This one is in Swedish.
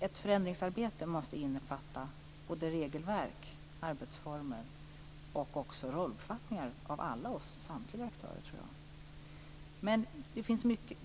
Ett förändringsarbete måste innefatta både regelverk, arbetsformer och rollbefattningar av alla oss aktörer.